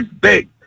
big